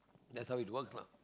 that's how it works lah